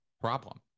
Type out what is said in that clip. problem